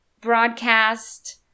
broadcast